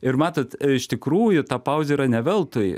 ir matot iš tikrųjų ta pauzė yra ne veltui